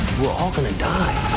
we're all gonna die.